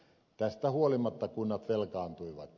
tästä huolimatta kunnat velkaantuivat